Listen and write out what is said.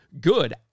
Good